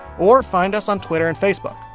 or find us on twitter and facebook.